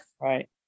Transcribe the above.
Right